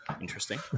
interesting